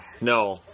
no